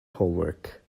homework